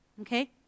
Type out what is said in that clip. Okay